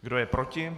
Kdo je proti?